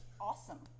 awesome